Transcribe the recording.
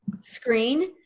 screen